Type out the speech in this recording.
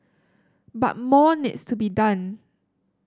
but more needs to be done